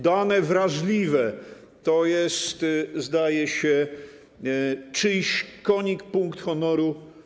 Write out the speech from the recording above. Dane wrażliwe to jest, zdaje się, czyjś konik, punkt honoru.